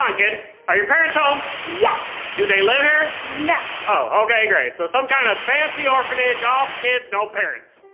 um kid are your parents home? yes! do they live here? no! oh, okay great so some kind of fancy orphanage ah all kids, no parents!